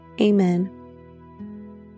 Amen